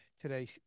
today